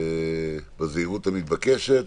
ובזהירות המתבקשת,